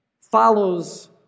follows